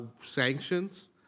sanctions